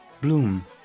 Bloom